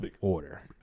order